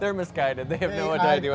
they're misguided they have no idea